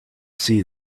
see